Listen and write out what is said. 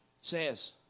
says